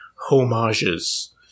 homages